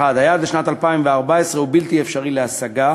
1 2. היעד לשנת 2014 הוא בלתי אפשרי להשגה,